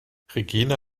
regina